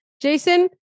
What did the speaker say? Jason